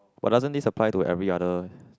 but doesn't this apply to every other